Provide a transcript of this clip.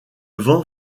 vent